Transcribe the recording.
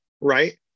right